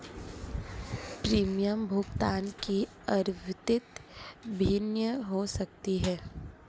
premium भुगतान की आवृत्ति भिन्न हो सकती है